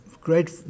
great